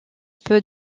peu